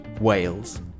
Wales